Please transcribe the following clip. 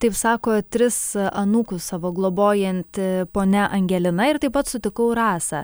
taip sako tris anūkus savo globojanti ponia angelina ir taip pat sutikau rasą